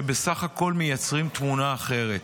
שבסך הכול מייצרים תמונה אחרת.